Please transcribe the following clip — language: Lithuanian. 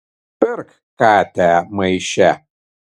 pirk katę maiše